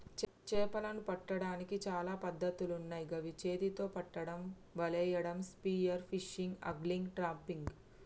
చేపలను పట్టడానికి చాలా పద్ధతులున్నాయ్ గవి చేతితొ పట్టడం, వలేయడం, స్పియర్ ఫిషింగ్, ఆంగ్లిగ్, ట్రాపింగ్